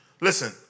Listen